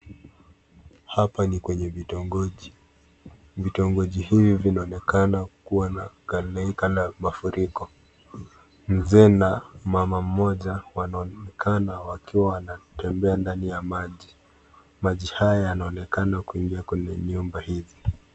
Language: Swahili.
Hapa ni kwenye vitongoji, vitongoji hivi vinaonekana kuwa na (CS)kaleika(CS) na mafuriko, mzee na mama mmoja wanaonekana wakiwa wanatembea ndani ya maji. Maji haya yanaonekana kuingia kwenya nyumba hizi.